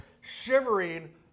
shivering